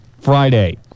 Friday